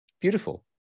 Beautiful